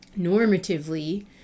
Normatively